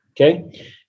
Okay